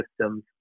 systems